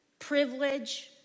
Privilege